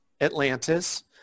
Atlantis